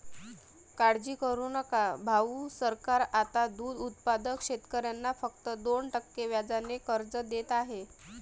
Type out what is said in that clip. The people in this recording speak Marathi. काळजी करू नका भाऊ, सरकार आता दूध उत्पादक शेतकऱ्यांना फक्त दोन टक्के व्याजाने कर्ज देत आहे